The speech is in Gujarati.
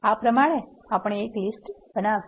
આ પ્રમાણે આપણે લીસ્ટ બનાવ્યું